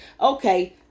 Okay